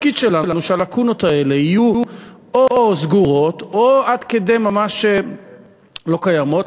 התפקיד שלנו הוא שהלקונות האלה יהיו או סגורות או עד כדי ממש לא קיימות.